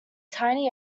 tiny